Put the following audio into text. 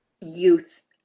youth